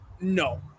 No